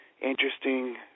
interesting